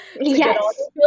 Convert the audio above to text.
Yes